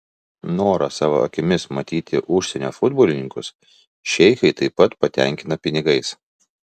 norą savo akimis matyti užsienio futbolininkus šeichai taip pat patenkina pinigais